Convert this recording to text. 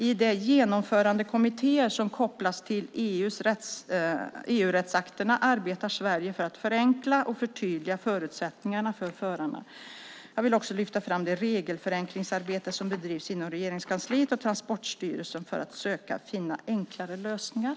I de genomförandekommittéer som kopplas till EU-rättsakterna arbetar Sverige för att förenkla och förtydliga förutsättningarna för förarna. Jag vill också lyfta fram det regelförenklingsarbete som bedrivs inom Regeringskansliet och Transportstyrelsen för att söka finna enklare lösningar.